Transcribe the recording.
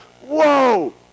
whoa